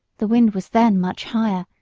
the wind was then much higher,